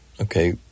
okay